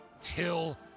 Till